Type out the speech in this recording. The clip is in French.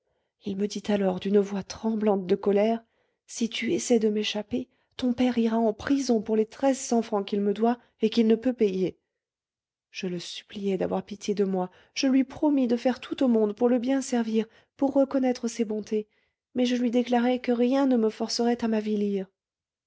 il me dit alors d'une voix tremblante de colère si tu essaies de m'échapper ton père ira en prison pour les treize cents francs qu'il me doit et qu'il ne peut payer je le suppliai d'avoir pitié de moi je lui promis de faire tout au monde pour le bien servir pour reconnaître ses bontés mais je lui déclarai que rien ne me forcerait à